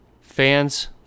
Fans